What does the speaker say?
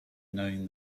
knowing